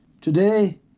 Today